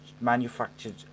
manufactured